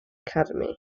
academy